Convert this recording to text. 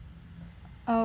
err